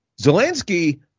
Zelensky